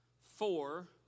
four